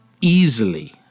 easily